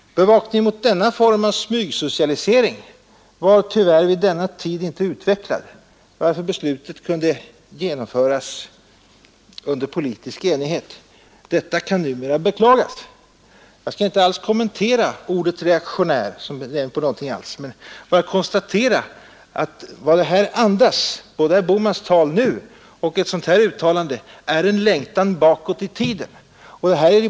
Bevakningen mot denna form av smygsocialisering var tyvärr vid denna tid inte utvecklad, varför beslutet kunde genomföras under politisk enighet. Detta kan numera beklagas.” Jag skall inte använda ordet reaktionär utan konstaterar bara att både herr Bohmans tal nu och ett sådant här uttalande andas en längtan bakåt i tiden.